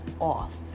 off